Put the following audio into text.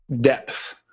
depth